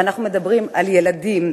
ואנחנו מדברים על ילדים.